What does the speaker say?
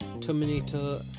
Terminator